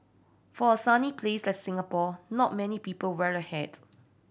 for a sunny place like Singapore not many people wear a hat